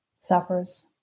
suffers